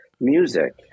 music